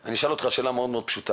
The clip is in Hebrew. אני אשאל שאלה מאוד פשוטה: